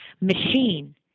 machine